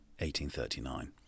1839